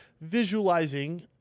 Visualizing